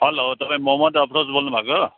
hello तपाईँ मोहम्मद अफरोज बोल्नुभएको